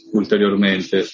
ulteriormente